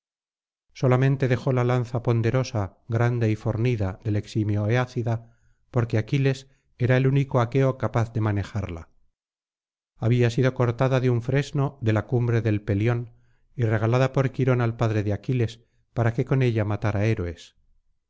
solamente dejó la lanza ponderosa grande y fornida del eximio eácida porque aquiles era el único aqueo capaz de manejarla había sido cortada de un fresno de la cumbre del pellón y regalada por quirón al padre de aquiles para que con ella matara héroes